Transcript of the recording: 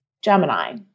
Gemini